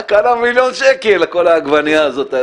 רק עלה מיליון שקל כל העגבנייה הזאת.